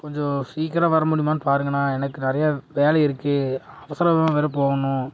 கொஞ்சம் சீக்கிரம் வர முடியுமான்னு பாருங்கண்ணா எனக்கு நிறையா வேலை இருக்குது அவசரமாக வேறு போகணும்